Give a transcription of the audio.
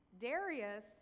Darius